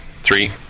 Three